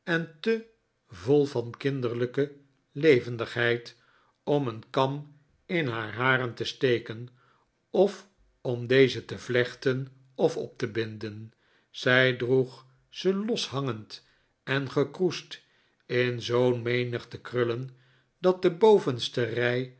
te vol van kinderlijke levendigheid om een kam in haar haren te steken of om deze te vlechten of op te binden zij droeg ze loshangend en gekroesd in zoo'n menigte krullen dat de bovenste rij